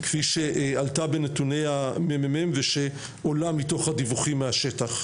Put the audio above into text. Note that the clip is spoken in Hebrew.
כפי שעלתה בנתוני ה- מממ ושעולה מתוך הדיווחים מהשטח.